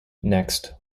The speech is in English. next